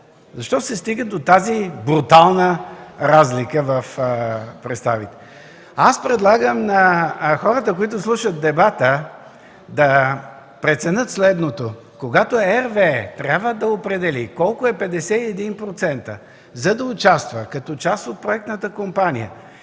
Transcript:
Защо се стига до тази брутална разлика в представите? Предлагам хората, които слушат дебата, да преценят следното: когато RWE трябва да определи колко е 51%, за да участва като част от проектната компания,